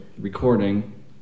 recording